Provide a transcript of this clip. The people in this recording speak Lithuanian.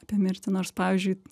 apie mirtį nors pavyzdžiui